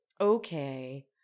Okay